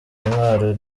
intwaro